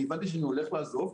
הבנתי שאני הולך לעזוב,